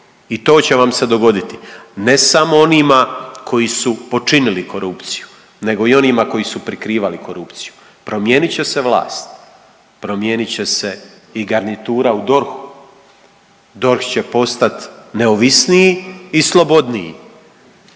I to će vam se dogoditi. Ne samo onima koji su počinili korupciju, nego i onima koji su prikrivali korupciju. Promijenit će se vlast, promijenit će se i garnitura u DORH-u. DORH će postati neovisniji i slobodniji.